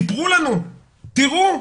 תראו,